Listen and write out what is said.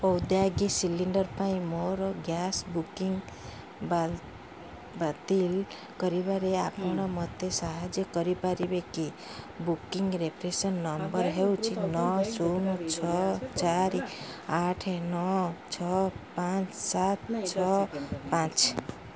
ଔଦ୍ୟୋଗିକ cylinder ପାଇଁ ମୋର gas booking ବାତିଲ କରିବାରେ ଆପଣ ମୋତେ ସାହାଯ୍ୟ କରିପାରିବେ କି ବୁକିଙ୍ଗ ରେଫରେନ୍ସ ନମ୍ବର ହେଉଛି ନଅ ଶୂନ ଛଅ ଚାରି ଆଠ ନଅ ଛଅ ପାଞ୍ଚ ସାତ ଛଅ ପାଞ୍ଚ